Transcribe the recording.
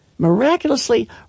Miraculously